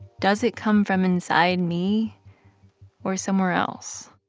does it come from inside? me or somewhere else?